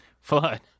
Flood